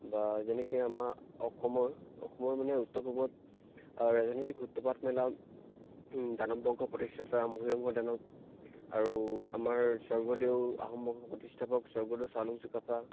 বা যেনেকৈ আমাৰ অসমৰ অসমৰ মানে উত্তৰ পূবত ৰাজনৈতিক সূত্ৰপাত মেলা দানৱ বংশৰ প্ৰতিষ্ঠাতা মহীৰংগ দানৱ আৰু আমাৰ স্বৰ্গদেউ আহোম বংশৰ প্ৰতিষ্ঠাপক স্বৰ্গদেউ চাওলুং চুকাফা